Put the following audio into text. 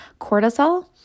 cortisol